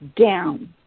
down